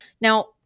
Now